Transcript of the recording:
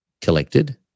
collected